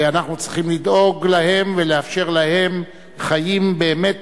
ואנחנו צריכים לדאוג להם ולאפשר להם חיים, באמת,